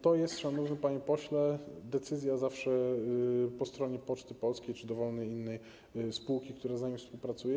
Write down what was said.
To jest, szanowny panie pośle, decyzja zawsze po stronie Poczty Polskiej czy dowolnej innej spółki, która z nami współpracuje.